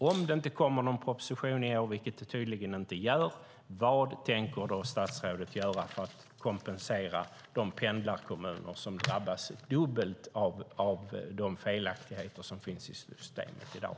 Om det inte kommer någon proposition i år, vilket det tydligen inte gör, vad tänker statsrådet göra för att kompensera de pendlarkommuner som drabbas dubbelt av de felaktigheter som finns i systemet i dag?